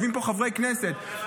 יושבים פה חברי כנסת,